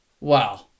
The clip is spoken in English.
Wow